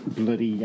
Bloody